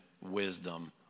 wisdom